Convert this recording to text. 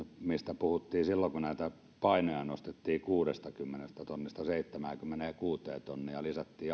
mistä puhuttiin silloin kun näitä painoja nostettiin kuudestakymmenestä tonnista seitsemäänkymmeneenkuuteen tonniin ja lisättiin